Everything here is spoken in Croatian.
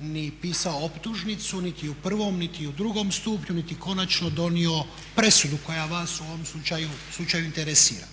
ni pisao optužnici niti u prvom, niti u drugom stupnju niti konačno donio presudu koja vas u ovom slučaju interesira.